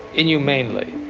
inhumanely,